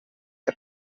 què